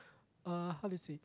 uh how to say